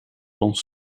onze